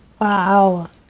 Wow